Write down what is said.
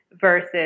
versus